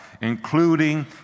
including